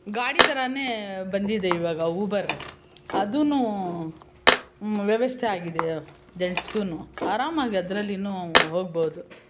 ಗಾಡಿ ಥರನೇ ಬಂದಿದೆ ಈವಾಗ ಉಬರ್ ಅದೂ ವ್ಯವಸ್ಥೆ ಆಗಿದೆ ಜೆಂಟ್ಸ್ಗೂ ಆರಾಮಾಗಿ ಅದರಲ್ಲಿಯೂ ಹೋಗ್ಬೋದು